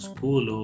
School